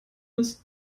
ist